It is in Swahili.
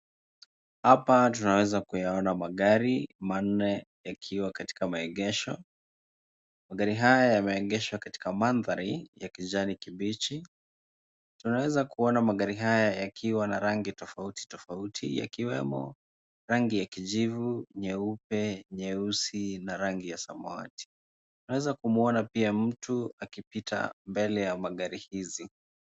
Hapa tunaweza kuyaona magari manne yakiwa katika maegesho. Magari haya yameegeshwa katika mandhari ya kijani kibichi. Tunaweza kuona magari haya yakiwa na rangi tofauti tofauti, yakiwemo rangi ya kijivu, nyeupe, nyeusi na rangi ya samawati. Tunaweza kumwona pia mtu akipita mbele ya magari hizi.